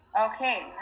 Okay